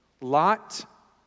Lot